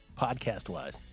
podcast-wise